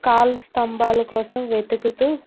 కాళ్లు స్తంభాల కోసం వెతుకుతూ